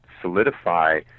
solidify